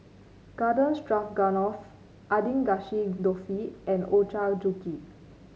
Garden Stroganoff Agedashi Dofu and Ochazuke